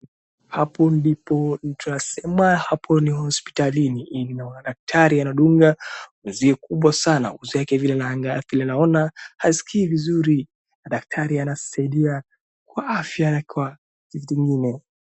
Hapo ndipo mtu anasema hapo ni hospitalini, naona daktari anadunga mzee kubwa sana, kile naona haskii vizuri daktari anasaidia kwa afya kwa vitu ingine.